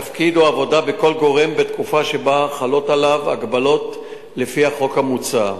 תפקיד או עבודה מכל גורם בתקופה שבה חלות עליו הגבלות לפי החוק המוצע.